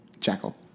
jackal